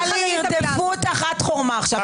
טלי, ירדפו אותך עד חורמה עכשיו.